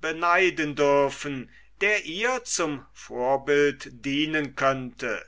beneiden dürfen der ihr zum vorbild dienen könnte